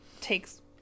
takes